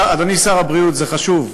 אדוני שר הבריאות, זה חשוב,